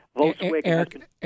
Eric